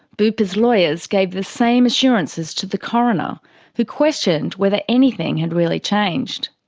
bupa's lawyers gave the same assurances to the coroner who questioned whether anything had really changed.